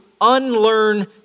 unlearn